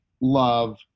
love